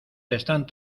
están